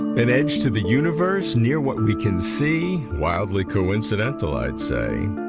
and edge to the universe near what we can see? wildly coincidental, i'd say.